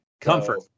Comfort